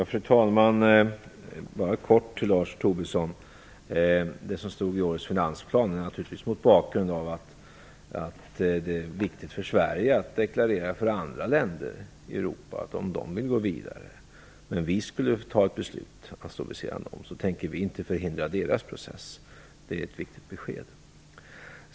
Fru talman! Jag vill kort säga följande till Lars Tobisson. Det som stod i årets finansplan kan naturligtvis ses mot bakgrund av att det är viktigt för Sverige att deklarera för andra länder i Europa, att om de vill gå vidare, men vi fattar ett beslut att stå vid sidan om, tänker vi inte förhindra deras process. Det är ett viktigt besked.